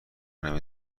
نمی